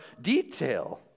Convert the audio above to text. detail